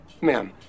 ma'am